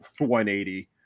180